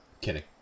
Kidding